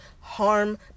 harm